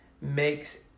makes